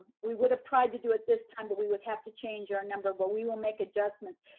we would have tried to do it this time, but we would have to change our number. but we will make adjustments,